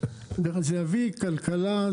זה יביא כלכלה,